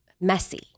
messy